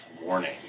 warning